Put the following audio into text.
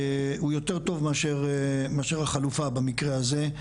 הוא יותר טוב מאשר החלופה, במקרה הזה.